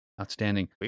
Outstanding